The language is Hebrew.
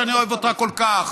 שאני אוהב אותה כל כך,